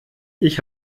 ich